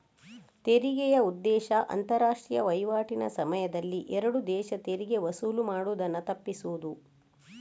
ತೆರಿಗೆಯ ಉದ್ದೇಶ ಅಂತಾರಾಷ್ಟ್ರೀಯ ವೈವಾಟಿನ ಸಮಯದಲ್ಲಿ ಎರಡು ದೇಶ ತೆರಿಗೆ ವಸೂಲು ಮಾಡುದನ್ನ ತಪ್ಪಿಸುದು